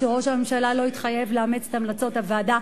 שראש הממשלה לא התחייב לאמץ את המלצות הוועדה,